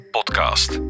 Podcast